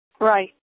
Right